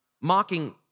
mocking